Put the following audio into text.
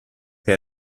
che